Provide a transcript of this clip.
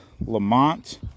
Lamont